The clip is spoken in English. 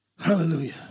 Hallelujah